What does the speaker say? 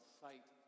sight